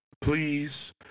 please